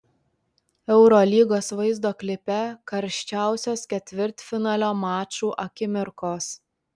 eurolygos vaizdo klipe karščiausios ketvirtfinalio mačų akimirkos